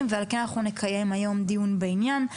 ועל כן אנחנו נקיים היום דיון בעניין.